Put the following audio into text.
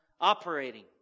operating